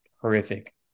horrific